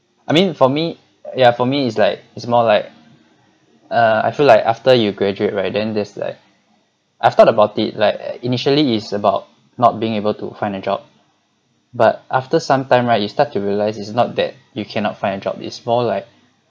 I mean for me ya for me it's like it's more like uh I feel like after you graduate right then there's like I've thought about it like initially it's about not being able to find a job but after some time right you start to realise it's not that you cannot find a job it's more like